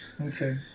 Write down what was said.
Okay